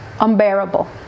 unbearable